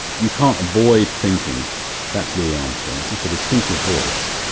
you can't avoid thinking that's louis armstrong, it's such a distinctive voice.